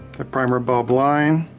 the primer bulb line.